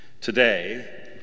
Today